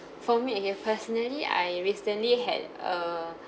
for me okay personally I recently had a